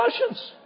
Russians